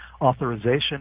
authorization